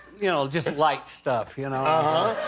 you know, just light stuff. you know ah